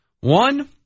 One